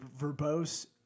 verbose